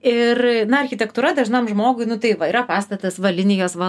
ir architektūra dažnam žmogui nu tai va yra pastatas va linijos va